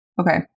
Okay